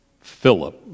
Philip